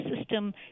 system